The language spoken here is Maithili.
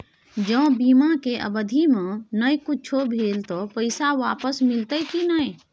ज बीमा के अवधि म नय कुछो भेल त पैसा वापस मिलते की नय?